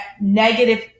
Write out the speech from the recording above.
negative